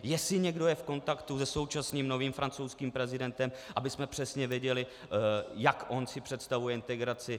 Jestli někdo je v kontaktu se současným novým francouzským prezidentem, abychom přesně věděli, jak on si představuje integraci.